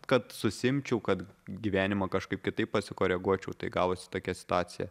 kad susiimčiau kad gyvenimą kažkaip kitaip pasikoreguočiau tai gavosi tokia situacija